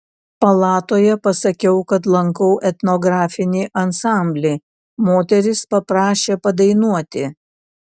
palatoje pasakiau kad lankau etnografinį ansamblį moterys paprašė padainuoti